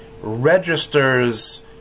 registers